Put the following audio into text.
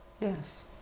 Yes